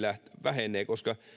vähenevät koska